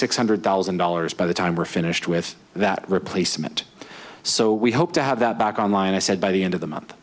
six hundred thousand dollars by the time we're finished with that replacement so we hope to have that back on line i said by the end of the month